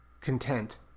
content